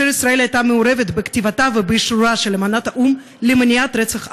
ישראל הייתה מעורבת בכתיבתה ובאישורה של אמנת האו"ם למניעת רצח עם.